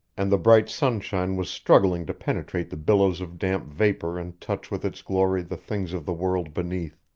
and the bright sunshine was struggling to penetrate the billows of damp vapor and touch with its glory the things of the world beneath.